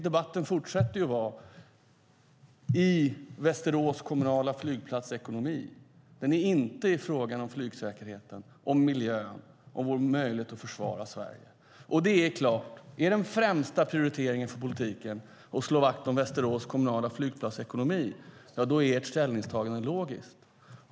Debatten fortsätter att handla om Västerås kommunala flygplats ekonomi, inte om flygsäkerheten, om miljön, om vår möjlighet att försvara Sverige. Det är klart att om den främsta prioriteringen för politiken är att slå vakt om ekonomin för Västerås kommunala flygplats är ert ställningstagande logiskt.